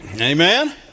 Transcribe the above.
Amen